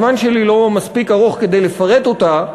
הזמן שלי לא מספיק ארוך כדי לפרט אותה,